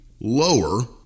lower